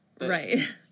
Right